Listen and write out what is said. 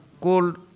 cold